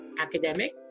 academic